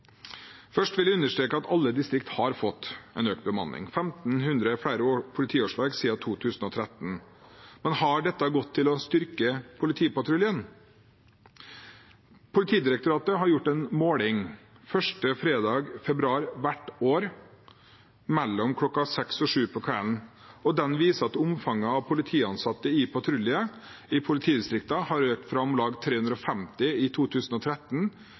Først vil jeg understreke at alle distrikter har fått en økt bemanning: Det er 1 500 flere politiårsverk siden 2013. Men har dette gått til å styrke politipatruljen? Politidirektoratet har gjort en måling første fredag i februar hvert år mellom klokka seks og sju på kvelden, og den viser at omfanget av politiansatte i patrulje i politidistriktene har økt fra om lag 350 i 2013